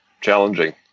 challenging